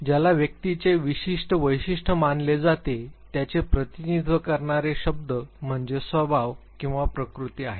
ज्याला व्यक्तीचे विशिष्ट वैशिष्ट्य मानले जाते त्याचे प्रतिनिधित्व करणारे शब्द म्हणजे स्वभाव किंवा प्रकृती आहेत